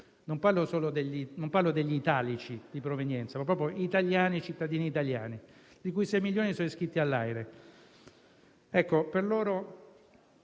Non parlo degli italici di provenienza, ma proprio di cittadini italiani, 6 milioni sono iscritti all'AIRE.